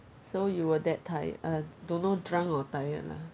so you were that tired uh don't know drunk or tired lah